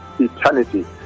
eternity